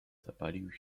zapalił